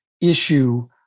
issue